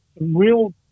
real